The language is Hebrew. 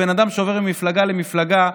בן אדם שעובר ממפלגה למפלגה,